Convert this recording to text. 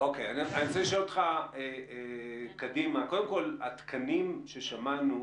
אני רוצה להדגיש שחשוב לדון ולבצע פעולות עכשיו כדי להתכונן לעתיד.